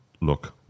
look